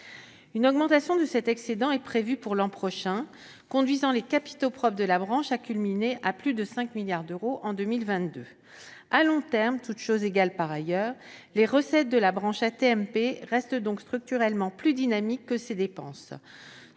Une augmentation de cet excédent est prévue pour l'an prochain, conduisant les capitaux propres de la branche à culminer à plus de 5 milliards d'euros à la fin de 2022. À long terme, toutes choses égales par ailleurs, les recettes de la branche AT-MP restent donc structurellement plus dynamiques que ses dépenses.